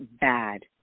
bad